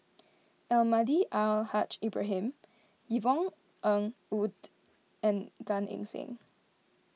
Almahdi Al Haj Ibrahim Yvonne Ng Uhde and Gan Eng Seng